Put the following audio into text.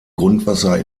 grundwasser